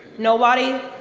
nobody?